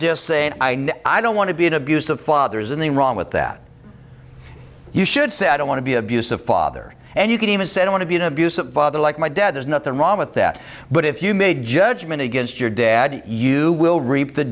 know i don't want to be an abusive father is in the wrong with that you should say i don't want to be abusive father and you can even said i want to be an abusive father like my dad there's nothing wrong with that but if you made judgment against your dad you will reap the